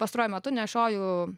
pastaruoju metu nešioju